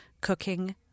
cooking